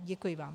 Děkuji vám.